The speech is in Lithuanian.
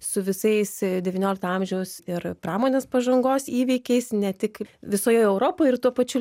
su visais devyniolikto amžiaus ir pramonės pažangos įvykiais ne tik visoje europoj ir tuo pačiu